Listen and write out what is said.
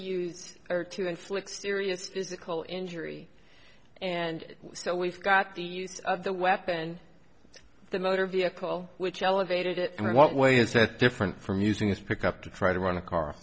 use or to inflict serious physical injury and so we've got the use of the weapon the motor vehicle which elevated it and what way is that different from using this pickup to try to run a car